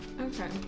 Okay